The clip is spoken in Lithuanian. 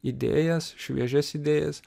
idėjas šviežias idėjas